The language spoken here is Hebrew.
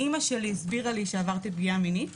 אימא שלי סיפרה לי שעברתי פגיעה מינית.